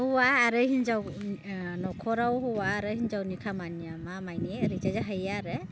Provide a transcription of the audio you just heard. हौवा आरो हिन्जाव न'खराव हौवा आरो हिन्जावनि खामानिया मा मानि ओरैजाय जाहैयो आरो